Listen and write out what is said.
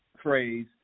phrase